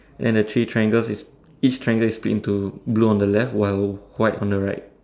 and the three triangles is each triangle is split into blue on the left while white on the right